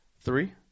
Three